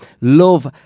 Love